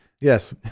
Yes